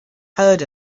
heard